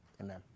Amen